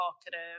talkative